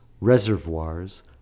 reservoirs